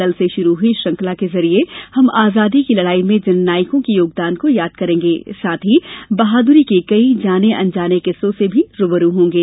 कल से शुरू हुई इस श्रृंखला के जरिये हम आज़ादी की लड़ाई में जन नायकों के योगदान को याद करेंगे साथ ही बहादुरी के कई जाने अनजाने किस्सों से भी रूबरू होंगे